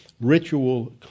ritual